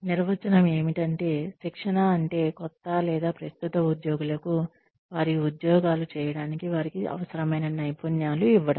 నిర్వచనం ఏమిటంటే శిక్షణ అంటే కొత్త లేదా ప్రస్తుత ఉద్యోగులకు వారి ఉద్యోగాలు చేయడానికి వారికి అవసరమైన నైపుణ్యాలు ఇవ్వడం